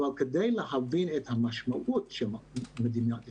אבל כדי להבין את המשמעות של מדינת ישראל,